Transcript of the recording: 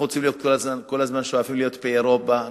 אנחנו שואפים כל הזמן להיות אירופה,